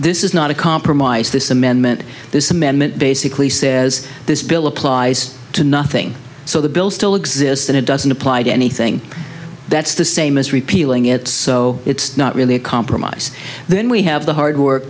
this is not a compromise this amendment this amendment basically says this bill applies to nothing so the bill still exists and it doesn't apply to anything that's the same as repealing it so it's not really a compromise then we have the hard work